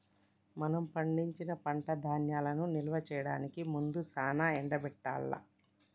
మనం పండించిన పంట ధాన్యాలను నిల్వ చేయడానికి ముందు సానా ఎండబెట్టాల్ల